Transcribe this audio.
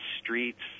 streets